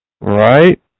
Right